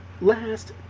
last